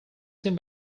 seen